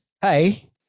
Hey